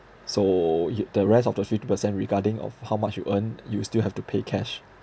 so y~ the rest of the fifty percent regarding of how much you earn you still have to pay cash